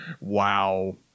Wow